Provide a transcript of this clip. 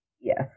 Yes